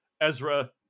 Ezra